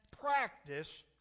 practice